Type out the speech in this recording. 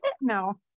No